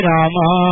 Rama